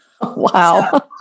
Wow